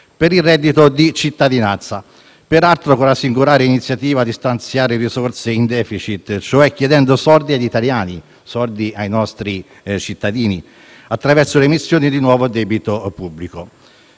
per il reddito di cittadinanza, peraltro con la singolare iniziativa di stanziare risorse in *deficit*, cioè chiedendo soldi agli italiani, cioè ai nostri cittadini, attraverso l'emissione di nuovo debito pubblico.